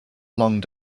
long